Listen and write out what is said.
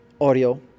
audio